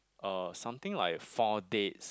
uh something like four dates